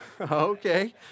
Okay